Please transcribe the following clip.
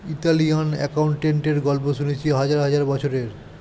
Italian অ্যাকাউন্টেন্টের গল্প শুনেছি হাজার হাজার বছরের